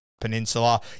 Peninsula